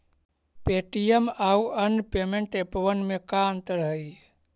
Paytm आउ अन्य payment एपबन में का अंतर हई?